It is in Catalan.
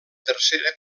tercera